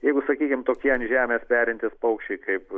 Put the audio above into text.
jeigu sakykim tokie ant žemės perintys paukščiai kaip